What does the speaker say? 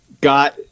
got